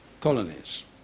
colonies